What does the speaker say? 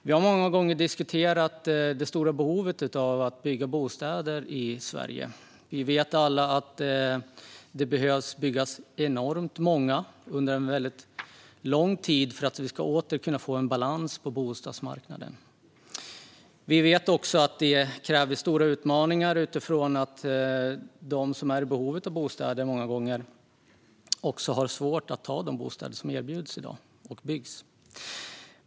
Vi har många gånger diskuterat det stora behovet av att bygga bostäder i Sverige. Vi vet alla att det behöver byggas enormt många bostäder under en mycket lång tid för att vi åter ska kunna få en balans på bostadsmarknaden. Vi vet också att det kräver stora utmaningar utifrån att de som är i behov av bostäder många gånger också har svårt att ta de bostäder som i dag byggs och erbjuds.